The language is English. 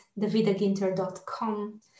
davidaginter.com